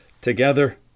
together